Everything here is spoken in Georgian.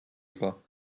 იყო